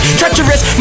treacherous